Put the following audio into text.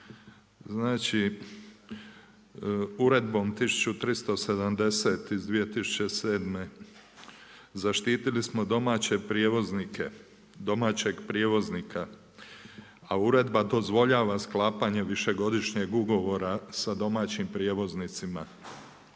Znači, uredbom 1370 iz 2007. zaštitili smo domaćeg prijevoznika, a uredba dozvoljava sklapanje višegodišnjeg ugovora sa domaćim prijevoznicima.